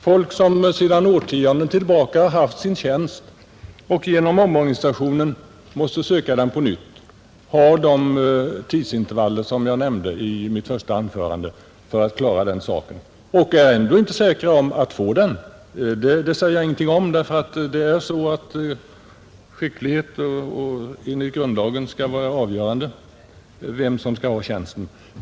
Folk som under årtionden haft sin tjänst och som genom omorganisationen måste söka den på nytt har de tidsintervaller som jag nämnde i mitt första anförande för att klara den saken, och ändå är de inte säkra på att få tjänsten. Det säger jag ingenting om, ty enligt grundlagen skall förtjänst och skicklighet vara avgörande för vem som skall ha en tjänst.